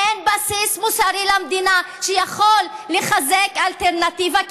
אין בסיס מוסרי למדינה שיכול לחזק אלטרנטיבה,